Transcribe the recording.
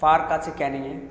park আছে ক্যানিংয়ে